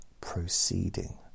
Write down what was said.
Proceeding